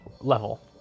level